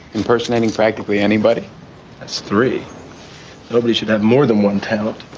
impersonating practically anybody. s three nobody should have more than one talent.